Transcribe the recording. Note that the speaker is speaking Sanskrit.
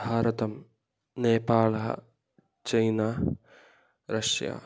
भारतं नेपाळः चैना रष्या